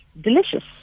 Delicious